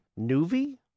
Nuvi